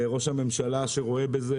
לראש הממשלה שרואה בזה,